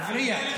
הפריע.